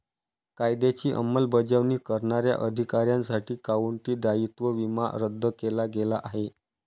कायद्याची अंमलबजावणी करणाऱ्या अधिकाऱ्यांसाठी काउंटी दायित्व विमा रद्द केला गेला आहे